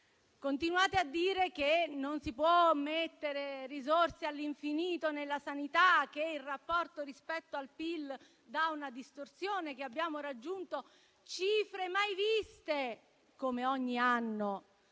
Continuate a dire che non si possono mettere risorse all'infinito nella sanità, che il rapporto rispetto al PIL dà una distorsione, che abbiamo raggiunto cifre mai viste, come ogni anno,